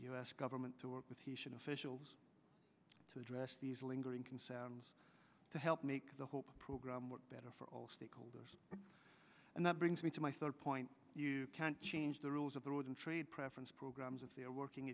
s government to work with he should officials to address these lingering concerns to help make the whole program work better for all stakeholders and that brings me to my third point you can't change the rules of the road in trade preference programs if they are working